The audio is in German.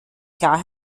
klar